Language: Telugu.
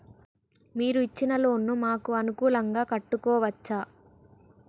మీరు ఇచ్చిన లోన్ ను మాకు అనుకూలంగా కట్టుకోవచ్చా?